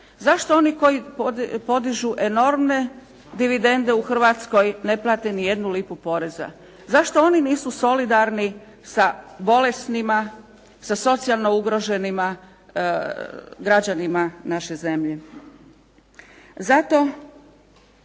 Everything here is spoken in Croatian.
Zašto oni koji podižu enormne dividende u Hrvatskoj ne plate nijednu lipu poreza? Zašto oni nisu solidarni sa bolesnima, sa socijalno ugroženima građanima naše zemlje?